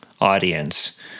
audience